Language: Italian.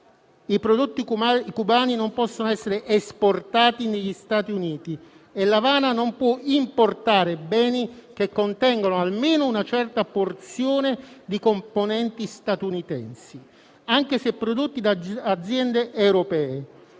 I prodotti cubani non possono essere esportati negli Stati Uniti e L'Avana non può importare beni che contengano almeno una certa porzione di componenti statunitensi, anche se prodotti da aziende europee.